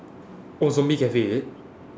oh zombie cafe is it